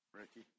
Ricky